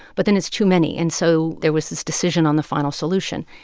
but then it's too many. and so there was this decision on the final solution,